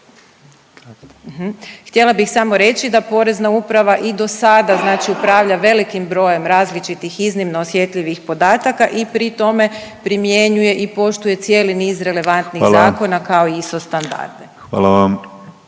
htjela bih samo reći da Porezna uprava i do sada znači upravlja velikim brojem različitih iznimno osjetljivih podataka i pri tome primjenjuje i poštuje cijeli niz relevantnih zakona …/Upadica Penava: Hvala./…